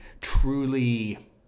truly